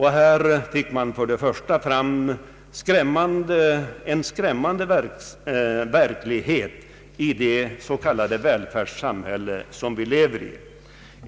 Här fick man först och främst fram en skrämmande verklighet i det s.k. välfärdssamhälle som vi lever i.